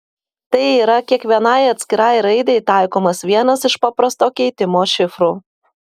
tai yra kiekvienai atskirai raidei taikomas vienas iš paprasto keitimo šifrų